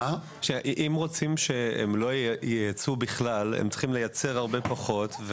אם רוצים שהם לא ייצאו בכלל הם צריכים לייצר הרבה פחות.